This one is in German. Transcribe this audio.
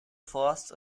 forst